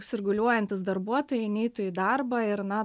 sirguliuojantys darbuotojai neitų į darbą ir na